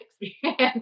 experience